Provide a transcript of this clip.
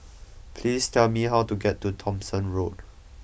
please tell me how to get to Thomson Road